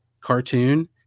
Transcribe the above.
cartoon